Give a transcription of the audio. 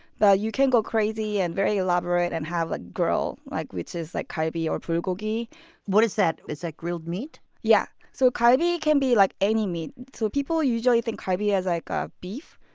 but you can go crazy and very elaborate and have a grill, like which is like kalbi or bulgogi what is that? is that grilled meat? yeah. so kalbi can be like any meat. people usually think kalbi is like ah beef,